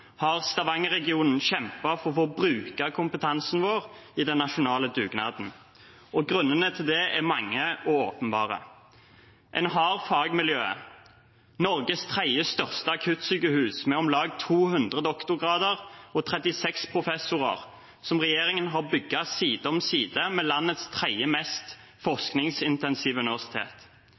har Stavanger-regionen kjempet for å få bruke kompetansen sin i den nasjonale dugnaden. Grunnene til det er mange og åpenbare: En har fagmiljøet, Norges tredje største akuttsykehus med om lag 200 doktorgrader og 36 professorer, som regjeringen har bygget side og om side med landets tredje mest forskningsintensive universitet.